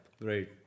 Right